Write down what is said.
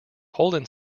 holden